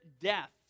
death